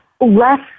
less